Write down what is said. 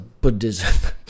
buddhism